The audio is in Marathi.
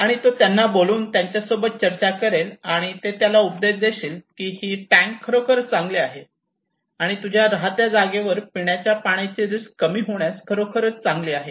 आणि तो त्यांना बोलावून त्यांच्यासोबत चर्चा करेल आणि ते त्याला उपदेश देतील की ही टॅंक खरोखर चांगली आहे आणि तुझ्या राहत्या जागेवर पिण्याच्या पाण्याची रिस्क कमी करण्यास खरोखर चांगली आहे